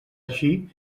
ací